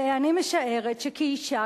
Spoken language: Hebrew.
ואני משערת שכאשה,